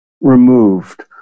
removed